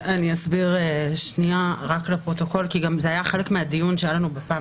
אני אסביר רק לפרוטוקול כי זה גם היה חלק מהדיון הקודם.